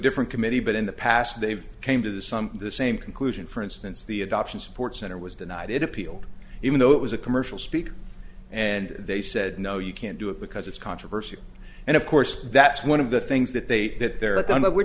different committee but in the past they've came to the some the same conclusion for instance the adoption support center was denied it appealed even though it was a commercial speech and they said no you can't do it because it's controversy and of course that's one of the things that they that they're